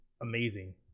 amazing